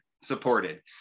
supported